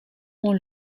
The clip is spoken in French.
ont